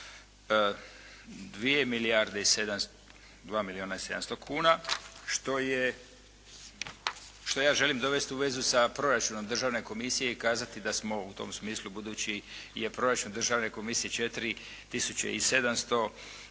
2 milijuna i 700 kuna što ja želim dovesti u svezu sa proračunom Državne komisije i kazati da smo u tom smislu budući je proračun Državne komisije 4 tisuće